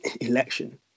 election